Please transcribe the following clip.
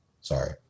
sorry